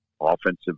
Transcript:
offensive